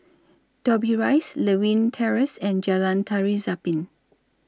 Dobbie Rise Lewin Terrace and Jalan Tari Zapin